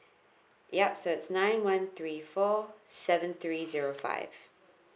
yup so it's nine one three four seven three zero five